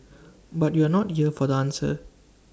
but you're not here for the answer